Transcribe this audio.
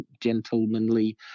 gentlemanly